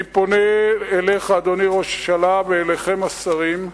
אני פונה אליך, אדוני ראש הממשלה, ואליכם, השרים,